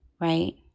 right